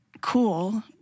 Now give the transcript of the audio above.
cool